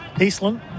Eastland